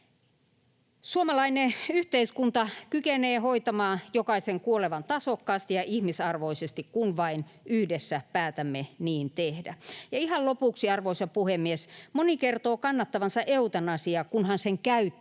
Suomalainen yhteiskunta kykenee hoitamaan jokaisen kuolevan tasokkaasti ja ihmisarvoisesti, kun vain yhdessä päätämme niin tehdä. Ja ihan lopuksi, arvoisa puhemies: Moni kertoo kannattavansa eutanasiaa, kunhan sen käyttö